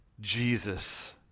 Jesus